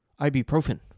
ibuprofen